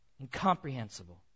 incomprehensible